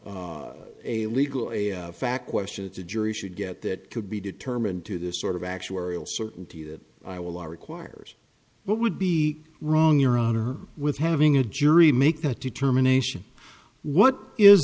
a legal a fact question it's a jury should get that could be determined to this sort of actuarial certainty that i will requires but would be wrong your honor with having a jury make that determination what is